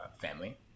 family